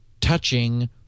touching